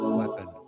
weapon